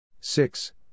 six